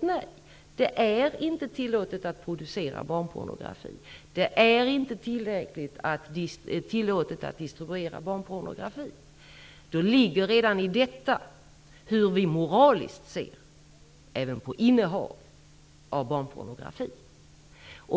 nej på hennes fråga, såsom hon ställer den. Det är inte tillåtet att producera barnpornografi. Det är inte tillåtet att distribuera barnpornografi. I detta ligger redan frågan hur vi moraliskt ser på även innehav av barnpornografi.